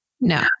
No